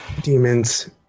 demons